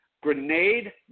Grenade